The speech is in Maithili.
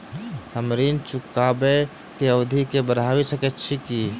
हम ऋण चुकाबै केँ अवधि केँ बढ़ाबी सकैत छी की?